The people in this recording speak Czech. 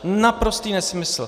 Naprostý nesmysl.